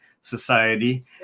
Society